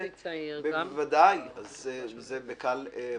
אז קל וחומר.